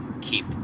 keep